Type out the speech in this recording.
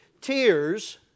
Tears